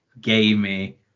gamey